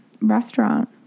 restaurant